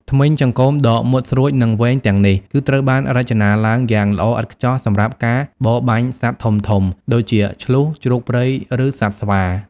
ធ្មេញចង្កូមដ៏មុតស្រួច និងវែងទាំងនេះគឺត្រូវបានរចនាឡើងយ៉ាងល្អឥតខ្ចោះសម្រាប់ ការបរបាញ់សត្វធំៗ ដូចជា ឈ្លូស ជ្រូកព្រៃ ឬសត្វស្វា។